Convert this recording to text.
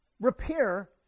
repair